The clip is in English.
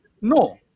No